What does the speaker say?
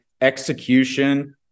execution